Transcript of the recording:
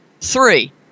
Three